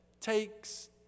takes